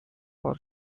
for